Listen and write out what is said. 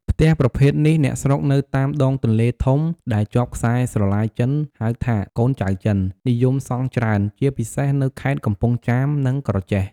ផ្ទះប្រភេទនេះ អ្នកស្រុកនៅតាមដងទន្លេធំ ដែលជាប់ខ្សែស្រឡាយចិន ហៅថាកូនចៅចិន និយមសង់ច្រើន ជាពិសេសនៅខេត្តកំពង់ចាមនិងក្រចេះ។